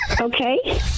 Okay